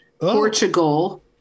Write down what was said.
Portugal